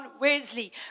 Wesley